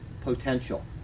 potential